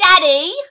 Daddy